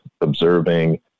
observing